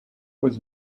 was